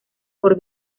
por